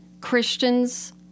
christians